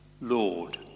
Lord